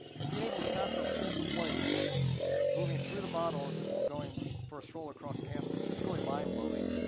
and being able to capture a pulse of light moving through the bottle as if it were going for a stroll across campus is really mindblowing.